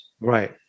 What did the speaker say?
Right